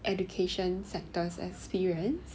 education sectors experience